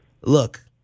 Look